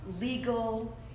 legal